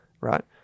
right